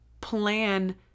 plan